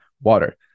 water